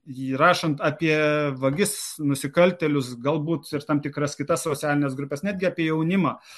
jį rašant apie vagis nusikaltėlius galbūt ir tam tikras kitas socialines grupes netgi apie jaunimą